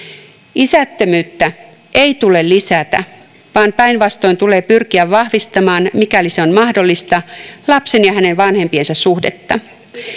isättömyyttä ei tule lisätä vaan päinvastoin tulee pyrkiä vahvistamaan mikäli se on mahdollista lapsen ja hänen vanhempiensa suhdetta